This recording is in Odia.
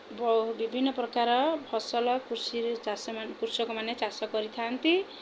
ବିଭିନ୍ନପ୍ରକାର ଫସଲ କୃଷିରେ ଚାଷ କୃଷକମାନେ ଚାଷ କରିଥାନ୍ତି